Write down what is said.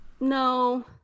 no